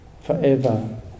forever